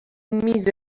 میز